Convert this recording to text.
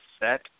set